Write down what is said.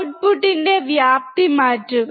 ഔട്ട്പുട്ടിന്റെ വ്യാപ്തി മാറ്റുക